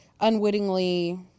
unwittingly